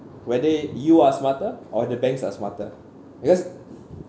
whether you are smarter or the banks are smarter because